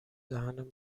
دهن